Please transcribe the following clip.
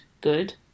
good